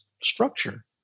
structure